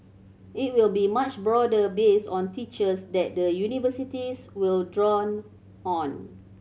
it will be much broader based on teachers that the universities will draw on